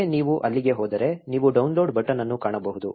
ಒಮ್ಮೆ ನೀವು ಅಲ್ಲಿಗೆ ಹೋದರೆ ನೀವು ಡೌನ್ಲೋಡ್ ಬಟನ್ ಅನ್ನು ಕಾಣಬಹುದು